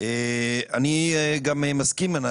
ולכן, לא מספיק מה